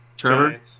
Trevor